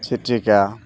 ᱪᱮᱫ ᱪᱤᱠᱟ